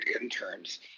interns